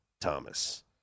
Thomas